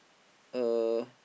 uh